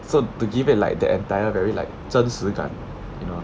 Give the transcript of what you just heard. so to give it like the entire very like 真实感 you know